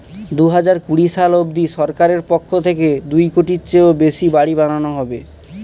দুহাজার কুড়ি সাল অবধি সরকারের পক্ষ থেকে দুই কোটির চেয়েও বেশি বাড়ি বানানো হবে